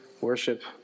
worship